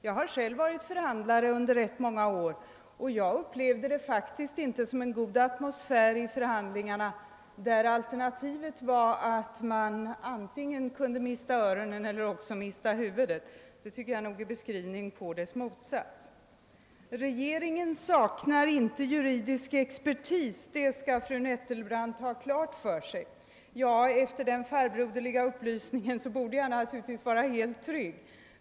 Jag har själv varit förhandlare under ganska många år och har faktiskt inte haft intrycket av en god atmosfär när det förts förhandlingar, där alternativen varit att antingen mista öronen eller mista huvudet. Jag tycker att beskrivningen snarare pekar i motsatt riktning. Efter den farbroderliga upplysningen att jag skall ha klart för mig att regeringen inte saknar juridisk expertis borde jag naturligtvis vara helt trygg.